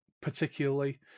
particularly